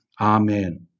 Amen